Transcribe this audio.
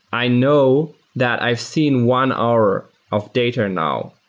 i know that i've seen one hour of data now,